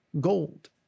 gold